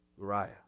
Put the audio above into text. Uriah